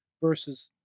versus